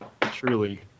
truly